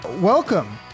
Welcome